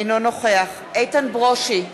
אינו נוכח איתן ברושי,